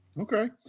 Okay